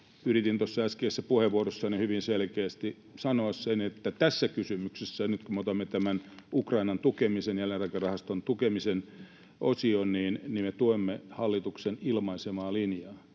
Yritin tuossa äskeisessä puheenvuorossani hyvin selkeästi sanoa sen, että tässä kysymyksessä nyt, kun me otamme tämän Ukrainan tukemisen ja jälleenrakennusrahaston tukemisen osion, me tuemme hallituksen ilmaisemaa linjaa,